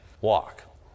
walk